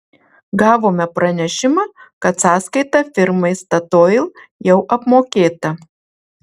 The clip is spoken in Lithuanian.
gavome pranešimą kad sąskaita firmai statoil jau apmokėta